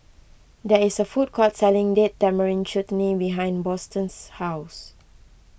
there is a food court selling Date Tamarind Chutney behind Boston's house